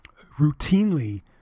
routinely